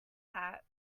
that